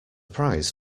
prize